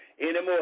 anymore